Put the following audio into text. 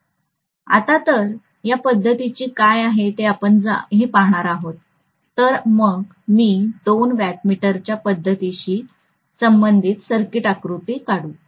तर आता या पध्दतीची काय आहे तेच आपण आता पाहणार आहोत तर मग मी दोन वॅटमीटरच्या पद्धतीशी संबंधित सर्किट आकृती काढू